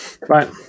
Right